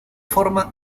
forma